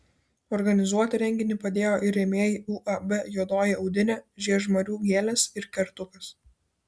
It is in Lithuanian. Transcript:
organizuoti renginį padėjo ir rėmėjai uab juodoji audinė žiežmarių gėlės ir kertukas